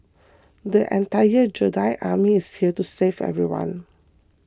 an entire Jedi Army is here to save everyone